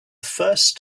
first